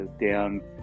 down